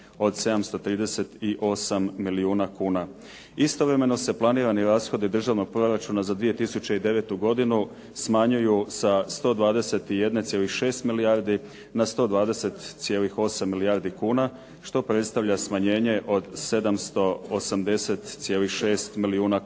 od 738 milijuna kuna. Istovremeno se planirani rashodi Državnog proračuna za 2009. godinu smanjuju sa 121,6 milijardi na 120,8 milijardi kuna što predstavlja smanjenje od 780,6 milijuna kuna.